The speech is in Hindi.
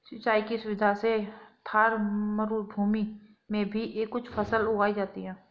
सिंचाई की सुविधा से थार मरूभूमि में भी कुछ फसल उगाई जाती हैं